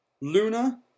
Luna